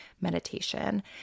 meditation